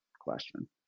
question